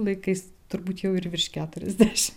laikais turbūt jau ir virš keturiasdešimt